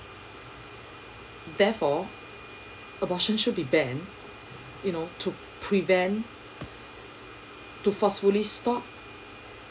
therefore abortion should be banned you know to prevent to forcefully stop